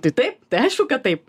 tai taip tai aišku kad taip